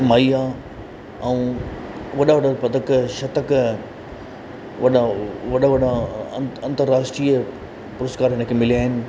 माई आहे ऐं वॾा वॾा पदक शतक वॾा वॾा अंतर्राष्ट्रीय पुरुस्कार हुन खे मिलिया आहिनि